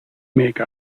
make